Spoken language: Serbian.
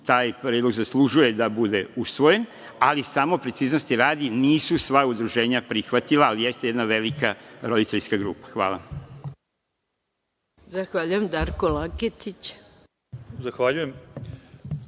taj predlog zaslužuje da bude usvojen, ali samo preciznosti radi, nisu sva udruženja prihvatila ali jeste jedna velika roditeljska grupa. Hvala. **Maja Gojković**